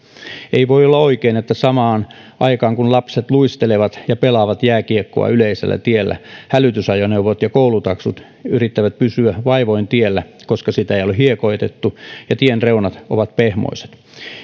ei voi olla oikein että samaan aikaan kun lapset luistelevat ja pelaavat jääkiekkoa yleisellä tiellä hälytysajoneuvot ja koulutaksit yrittävät pysyä vaivoin tiellä koska sitä ei ole hiekoitettu ja tien reunat ovat pehmoiset